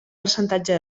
percentatge